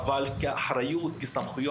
אבל לא כגוף עם סמכות.